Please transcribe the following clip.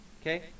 Okay